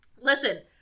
Listen